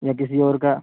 یا کسی اور کا